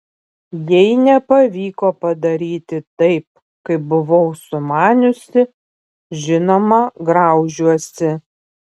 jei nepavyko padaryti taip kaip buvau sumaniusi žinoma graužiuosi